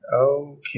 Okay